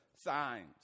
signs